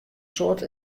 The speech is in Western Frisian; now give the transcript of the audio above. soad